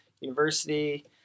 University